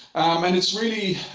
and it's really,